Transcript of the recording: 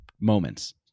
moments